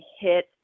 hit